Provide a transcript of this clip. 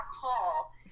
call